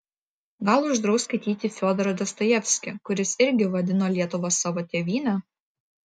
gal uždraus skaityti fiodorą dostojevskį kuris irgi vadino lietuvą savo tėvyne